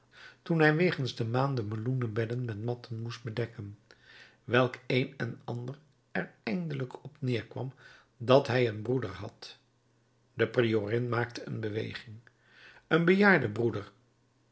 toen hij wegens de maan de meloenbedden met matten moest bedekken welk een en ander er eindelijk op neerkwam dat hij een broeder had de priorin maakte een beweging een bejaarde broeder